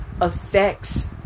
affects